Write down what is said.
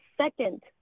second